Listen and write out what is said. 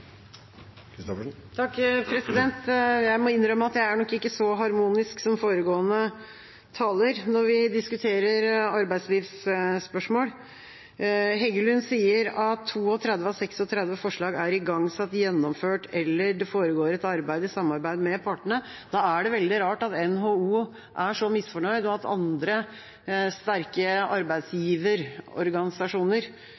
Jeg må innrømme at jeg nok ikke er så harmonisk som foregående taler når vi diskuterer arbeidslivsspørsmål. Representanten Heggelund sier at 32 av 36 forslag er igangsatt, gjennomført, eller det foregår et arbeid i samarbeid med partene. Da er det veldig rart at NHO er så misfornøyd, og at andre sterke